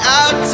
out